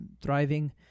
thriving